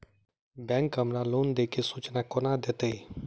Bank हमरा loan देय केँ सूचना कोना देतय?